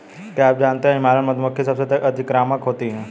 क्या आप जानते है हिमालयन मधुमक्खी सबसे अतिक्रामक होती है?